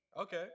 Okay